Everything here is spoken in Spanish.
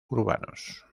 urbanos